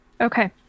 Okay